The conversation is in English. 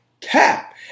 cap